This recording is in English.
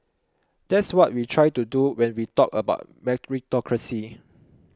that's what we try to do when we talked about meritocracy